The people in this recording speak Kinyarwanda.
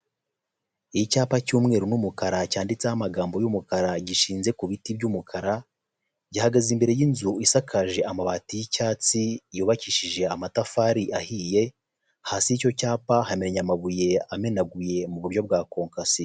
Icyapa cy'umweru n'umukara cyanditseho amagambo y'umukara gishinze ku biti by'umukara, gihagaze imbere y'inzu isakaje amabati y'icyatsi yubakishije amatafari ahiye, hasi y'icyo cyapa hamennye amabuye amenaguye mu buryo bwa konkasi.